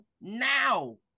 now